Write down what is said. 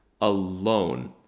alone